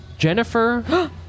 Jennifer